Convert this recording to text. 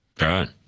Right